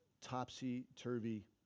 topsy-turvy